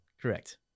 Correct